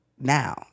Now